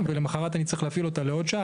ולמחרת אני צריך להפעיל אותה לעוד שעה,